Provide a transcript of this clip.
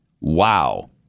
Wow